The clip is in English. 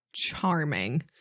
Charming